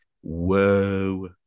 Whoa